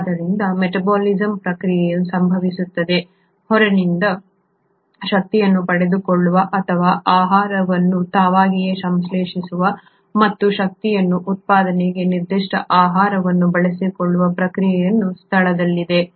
ಆದ್ದರಿಂದ ಮೆಟಾಬಲಿಸಮ್ ಕ್ರಿಯೆಯು ಸಂಭವಿಸುತ್ತದೆ ಹೊರಗಿನಿಂದ ಶಕ್ತಿಯನ್ನು ಪಡೆದುಕೊಳ್ಳುವ ಅಥವಾ ಆಹಾರವನ್ನು ತಾವಾಗಿಯೇ ಸಂಶ್ಲೇಷಿಸುವ ಮತ್ತು ಶಕ್ತಿಯ ಉತ್ಪಾದನೆಗೆ ನಿರ್ದಿಷ್ಟ ಆಹಾರವನ್ನು ಬಳಸಿಕೊಳ್ಳುವ ಪ್ರಕ್ರಿಯೆಯು ಸ್ಥಳದಲ್ಲಿದೆ